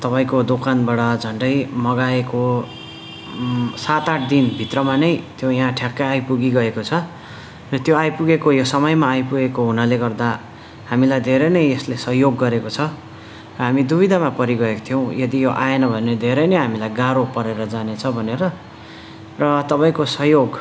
तपाईँको दोकानबाट झन्डै मगाएको सात आठ दिन भित्रमा नै त्यो यहाँ ठ्याक्कै आइपुगि गएको छ र त्यो आइपुगेको यो समयमा आइपुगेको हुनाले गर्दा हामीलाई धेरै नै यसले सहयोग गरेको छ हामी दुबिधामा परिगएका थियौँ यदि यो आएन भने धेरै नै हामीलाई गाह्रो परेर जाने छ भनेर र तपाईँको सहयोग